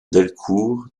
delcourt